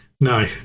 no